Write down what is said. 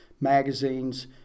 magazines